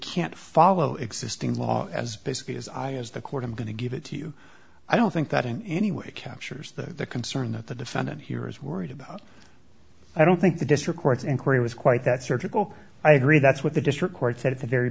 can't follow existing law as basically as i as the court i'm going to give it to you i don't think that in any way captures the concern that the defendant here is worried about i don't think the district courts inquiry was quite that surgical i agree that's what the district court said at the very